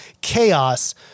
chaos